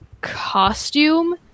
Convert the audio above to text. costume